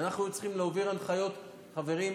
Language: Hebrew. ואנחנו היינו צריכים להעביר הנחיות: חברים,